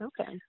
okay